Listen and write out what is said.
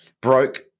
broke